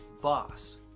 boss